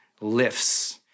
lifts